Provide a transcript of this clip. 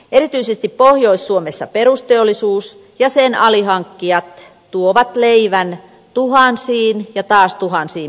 erityisesti pohjois suomessa perusteollisuus ja sen alihankkijat tuovat leivän tuhansiin ja taas tuhansiin perheisiin